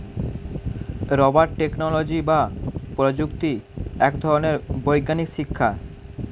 rubber technology বা প্রযুক্তি এক ধরনের বৈজ্ঞানিক শিক্ষা